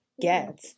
get